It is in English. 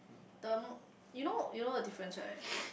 term~ you know you know the difference right